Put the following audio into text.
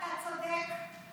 אתה צודק.